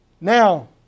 Now